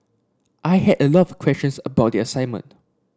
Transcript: I had a lot of questions about the assignment